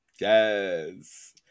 Yes